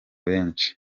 benshi